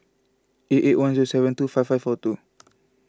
eight eight one zero seven two five five four two